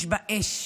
יש בה אש,